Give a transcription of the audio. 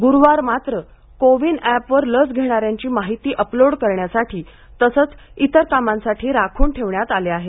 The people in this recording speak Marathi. ग्रुवार मात्र को विन एपवर लस घेणाऱ्यांची माहिती अपलोड करण्यासाठी तसंच इतर कामांसाठी राखून ठेवण्यात आले आहेत